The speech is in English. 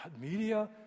media